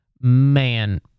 Man